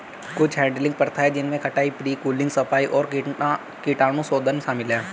कुछ हैडलिंग प्रथाएं जिनमें कटाई, प्री कूलिंग, सफाई और कीटाणुशोधन शामिल है